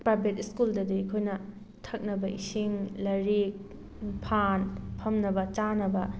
private ꯁ꯭ꯀꯨꯜꯗꯗꯤ ꯑꯩꯈꯣꯏꯅ ꯊꯛꯅꯕ ꯏꯁꯤꯡ ꯂꯥꯏꯔꯤꯛ ꯐꯥꯟ ꯐꯝꯅꯕ ꯆꯥꯅꯕ